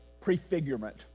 prefigurement